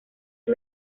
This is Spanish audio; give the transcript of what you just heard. sus